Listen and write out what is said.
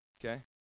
Okay